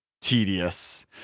tedious